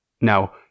Now